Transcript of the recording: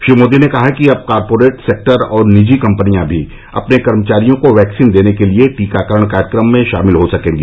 श्री मोदी ने कहा कि अब कॉरपोरेट सेक्टर और निजी कंपनियां भी अपने कर्मचारियों को वैक्सीन देने के लिए टीकाकरण कार्यक्रम में शामिल हो सकेंगी